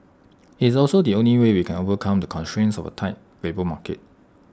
IT is also the only way we can overcome the constraints of A tight labour market